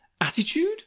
Attitude